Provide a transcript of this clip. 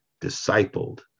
discipled